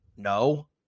No